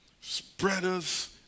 spreaders